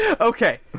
Okay